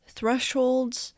Thresholds